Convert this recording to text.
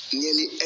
nearly